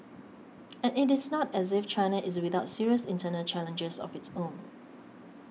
and it is not as if China is without serious internal challenges of its own